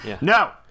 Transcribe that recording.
No